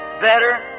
better